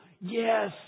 yes